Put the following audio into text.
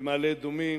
במעלה-אדומים,